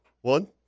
One